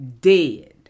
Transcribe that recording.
dead